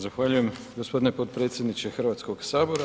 Zahvaljujem gospodine potpredsjedniče Hrvatskog sabora.